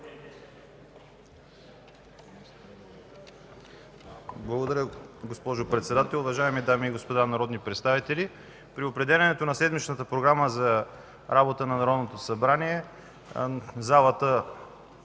Благодаря, госпожо Председател. Уважаеми дами и господа народни представители, при определянето на седмичната програма за работата на Народното събрание залата